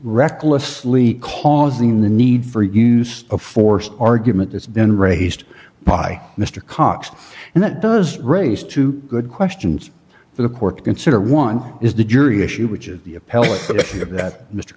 recklessly causing the need for use of force argument that's been raised by mr cox and that does raise two good questions for the court to consider one is the jury issue which is the